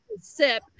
sip